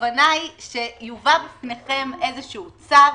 הכוונה היא שיובא בפניכם איזשהו צו,